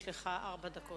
יש לך ארבע דקות.